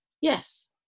yes